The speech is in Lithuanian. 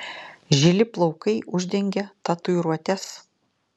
žili plaukai uždengė tatuiruotes